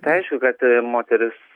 aišku kad moteris